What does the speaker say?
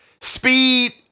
Speed